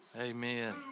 Amen